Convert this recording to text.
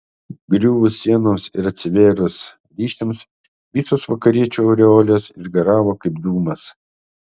griuvus sienoms ir atsivėrus ryšiams visos vakariečių aureolės išgaravo kaip dūmas